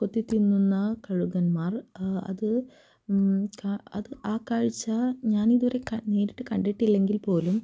കൊത്തിത്തിന്നുന്ന കഴുകന്മാർ അത് അത് ആ കാഴ്ച്ച ഞാനിത് വരെ കൺ നേരിട്ട് കണ്ടിട്ടില്ലെങ്കിൽ പോലും